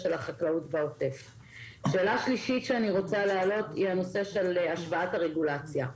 שאלה שלישית היא בנושא השוואת הרגולציה.